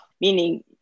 meaning